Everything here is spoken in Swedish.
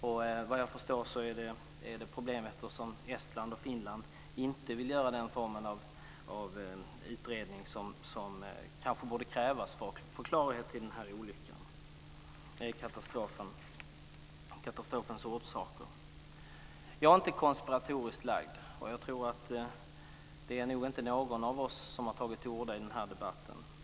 Såvitt jag förstår är det problem eftersom Estland och Finland inte vill göra den form av utredning som kanske borde krävas för att få klarhet i den här katastrofen och dess orsaker. Jag är inte konspiratoriskt lagd, vilket väl ingen av oss är som tagit till orda i den här debatten.